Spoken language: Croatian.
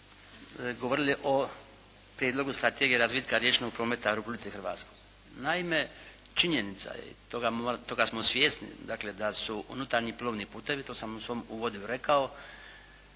govorili o Prijedlogu strategije razvitka riječnog prometa u Republici Hrvatskoj. Naime, činjenica je i toga smo svjesni da su unutarnji plovni putovi, to sam u svom uvodu i rekao,